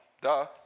duh